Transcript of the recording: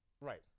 Right